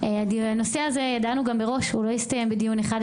ידענו מראש שהנושא הזה לא יסתיים בדיון אחד,